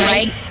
Right